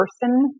person